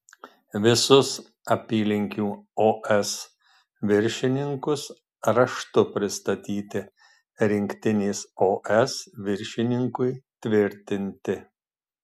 visus apylinkių os viršininkus raštu pristatyti rinktinės os viršininkui tvirtinti